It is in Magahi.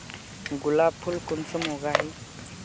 गुलाब फुल कुंसम उगाही?